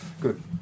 good